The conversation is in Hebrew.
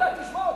אתה תשמע אותי.